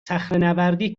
صخرهنوردی